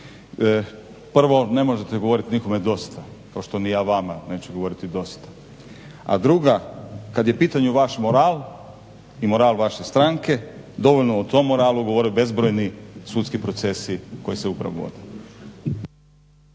Prvo, ne možete govoriti nikome dosta, kao što ni ja vama neću govoriti dosta, a druga kad je u pitanju vaš moral i moral vaše stranke dovoljno o tom moralu govore bezbrojni sudski procesi koji se upravo